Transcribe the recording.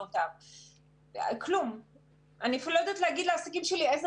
אנחנו לא נכנסנו במקום המשרדים השונים לשיקול דעתם